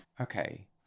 okay